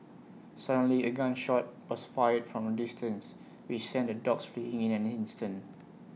suddenly A gun shot was fired from A distance which sent the dogs fleeing in an instant